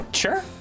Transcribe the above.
Sure